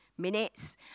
minutes